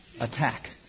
attack